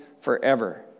forever